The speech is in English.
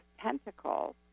tentacles